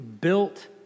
built